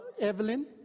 Evelyn